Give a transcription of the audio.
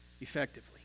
effectively